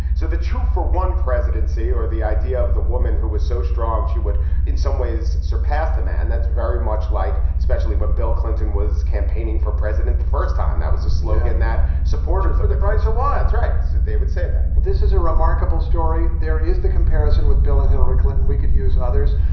so the two for one presidency or the idea of the woman who was so strong, she would in some ways surpass the man. that's very much like especially when bill clinton was campaigning for president the first time. that was a slogan that supporters are the price of white rice said they would say that this is a remarkable story. there is the comparison with bill and hillary clinton. we could use others.